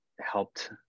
helped